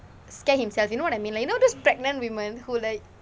scare himself you know what I mean like you know those pregnant women who like